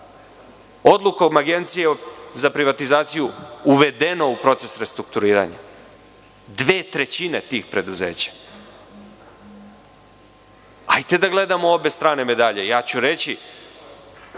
odlukom Agencije za privatizaciju uvedeno u proces restrukturiranja, dve trećine tih preduzeća. Hajde da gledamo obe strane medalje. Ja ću reći